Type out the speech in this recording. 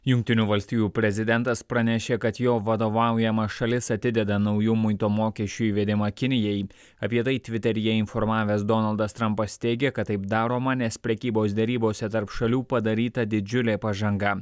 jungtinių valstijų prezidentas pranešė kad jo vadovaujama šalis atideda naujų muito mokesčių įvedimą kinijai apie tai tviteryje informavęs donaldas trumpas teigė kad taip daroma nes prekybos derybose tarp šalių padaryta didžiulė pažanga